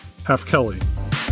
halfkelly